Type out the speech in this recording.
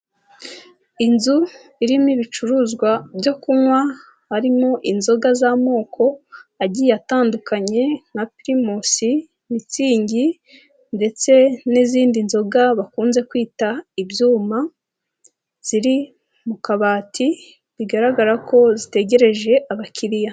Inzu irimo ibicuruzwa byo kunywa harimo inzoga z'amoko agiye atandukanye nka pirimusi, mitsingi ndetse n'izindi nzoga bakunze kwita ibyuma ziri mu kabati bigaragara ko zitegereje abakiriya.